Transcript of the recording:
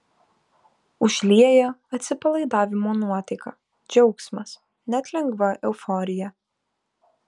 užlieja atsipalaidavimo nuotaika džiaugsmas net lengva euforija